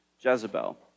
Jezebel